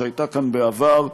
שהייתה כאן בעבר,